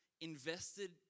invested